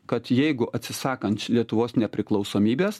kad jeigu atsisakant lietuvos nepriklausomybės